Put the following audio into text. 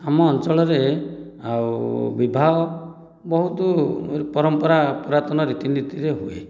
ଆମ ଅଞ୍ଚଳରେ ଆଉ ବିବାହ ବହୁତ ପରମ୍ପରା ପୁରାତନ ରୀତି ନୀତିରେ ହୁଏ